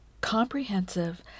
comprehensive